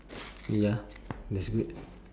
ya that's good